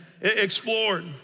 explored